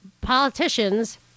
politicians